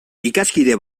ikaskide